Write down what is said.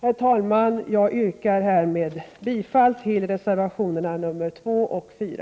Herr talman! Jag yrkar härmed bifall till reservationerna nr 2 och 4.